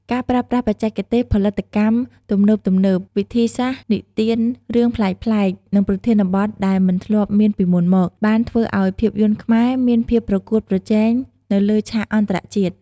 ការប្រើប្រាស់បច្ចេកទេសផលិតកម្មទំនើបៗ វិធីសាស្រ្តនិទានរឿងប្លែកៗ និងប្រធានបទដែលមិនធ្លាប់មានពីមុនមក បានធ្វើឱ្យភាពយន្តខ្មែរមានភាពប្រកួតប្រជែងនៅលើឆាកអន្តរជាតិ។